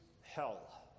hell